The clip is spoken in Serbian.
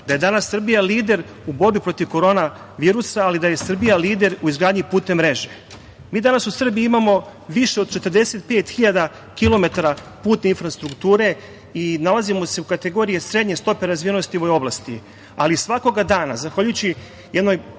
da je danas Srbija lider u borbi protiv korona virusa, ali i da je Srbija lider u izgradnji putne mreže. Danas u Srbiji imamo više od 45 hiljada kilometara putne infrastrukture i nalazimo se u kategoriji srednje stope razvijenosti u ovoj oblasti. Svakoga dana, zahvaljujući jednoj